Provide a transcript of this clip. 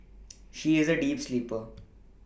she is a deep sleeper